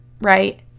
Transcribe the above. right